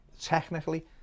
technically